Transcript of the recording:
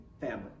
family